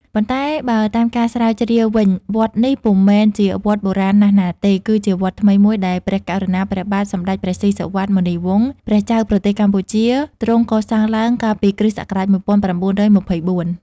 ប៉ុន្តែបើតាមការស្រាវជ្រាវវិញ វត្តនេះ ពុំមែនជាវត្តបុរាណណាស់ណាទេ គឺជាវត្តថ្មីមួយដែលព្រះករុណា ព្រះបាទសម្ដេចព្រះស៊ីសុវត្ថិ មុនីវង្ស ព្រះចៅប្រទេសកម្ពុជាទ្រង់កសាងឡើង កាលពី គ.ស. ១៩២៤ ។